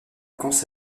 vacances